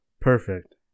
Perfect